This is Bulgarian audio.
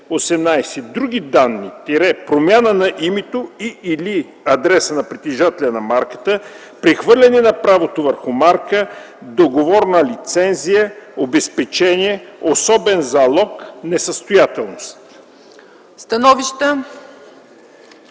други данни – промяна на името и/или адреса на притежателя на марката, прехвърляне на правото върху марка, договорна лицензия, обезпечение, особен залог, несъстоятелност.”